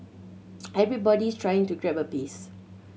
everybody's trying to grab a piece